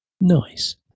nice